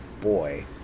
boy